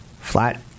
Flat